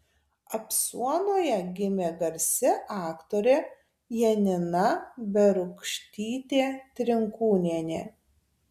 apsuonoje gimė garsi aktorė janina berūkštytė trinkūnienė